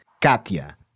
Katya